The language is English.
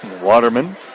Waterman